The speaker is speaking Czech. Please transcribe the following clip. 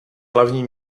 hlavní